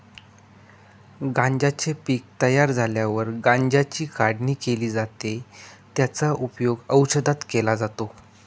गांज्याचे पीक तयार झाल्यावर गांज्याची काढणी केली जाते, त्याचा उपयोग औषधात केला जातो